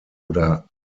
oder